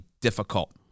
difficult